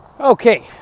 Okay